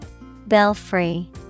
Belfry